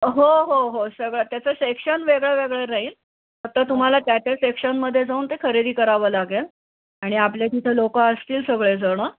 हो हो हो सगळं त्याचं सेक्शन वेगळं वेगळं राहील फक्त तुम्हाला त्या त्या सेक्शनमध्ये जाऊन ते खरेदी करावं लागेल आणि आपल्या तिथं लोकं असतील सगळेजणं